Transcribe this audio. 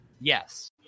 Yes